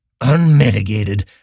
unmitigated